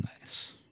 Nice